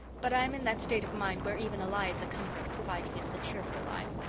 but i am in that state of mind where even a lie is a comfort, providing it is a cheerful lie.